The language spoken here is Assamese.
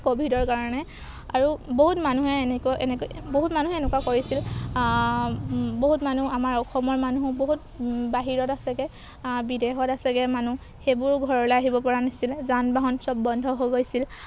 ক'ভিডৰ কাৰণে আৰু বহুত মানুহে এনেকুৱা এনেকৈ বহুত মানুহে এনেকুৱা কৰিছিল বহুত মানুহ আমাৰ অসমৰ মানুহ বহুত বাহিৰত আছেগৈ বিদেশত আছেগে মানুহ সেইবোৰো ঘৰলৈ আহিব পৰা নাছিলে যান বাহন চব বন্ধ হৈ গৈছিল